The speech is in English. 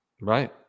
right